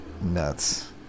nuts